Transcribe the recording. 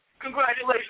congratulations